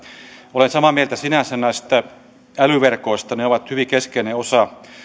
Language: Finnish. olen samaa mieltä sinänsä näistä älyverkoista ne ovat hyvin keskeinen osa